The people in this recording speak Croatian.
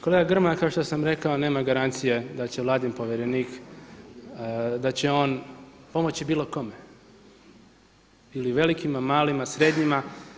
Kolega Grmoja, kao što sam rekao, nema garancije da će Vladin povjerenik, da će on pomoći bilo kome, ili velikima, malima, srednjima.